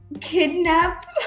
kidnap